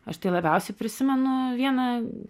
aš tai labiausiai prisimenu vieną